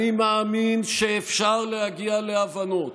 אני מאמין שאפשר להגיע להבנות.